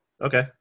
Okay